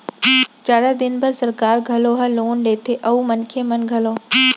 जादा दिन बर सरकार घलौ ह लोन लेथे अउ मनखे मन घलौ